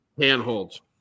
handholds